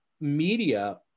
media